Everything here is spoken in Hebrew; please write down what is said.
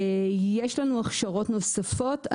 יש לנו הכשרות נוספות,